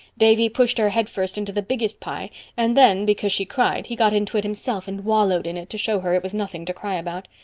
davy pushed her headfirst into the biggest pie and then, because she cried, he got into it himself and wallowed in it to show her it was nothing to cry about.